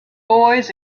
boys